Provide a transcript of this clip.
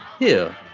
here,